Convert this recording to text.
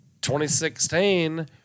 2016